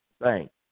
thanks